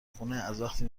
خونه، ازوقتی